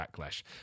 Backlash